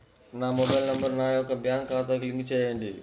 నా mobile number నా యొక్క బ్యాంక్ ఖాతాకి లింక్ చేయండీ?